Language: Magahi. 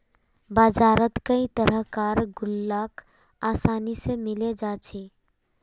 बजारत कई तरह कार गुल्लक आसानी से मिले जा छे